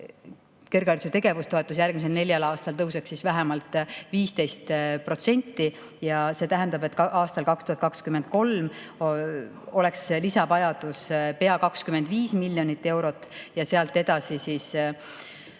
kõrghariduse tegevustoetus järgmisel neljal aastal kasvaks vähemalt 15%. See tähendab, et aastal 2023 oleks lisavajadus pea 25 miljonit eurot ja sealt edasi